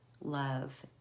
Love